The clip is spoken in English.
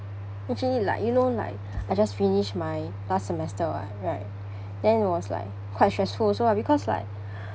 actually like you know like I just finish my last semester [what] right then it was like quite stressful also ah because like